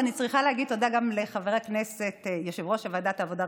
ואני צריכה להגיד תודה גם ליושב-ראש ועדת העבודה,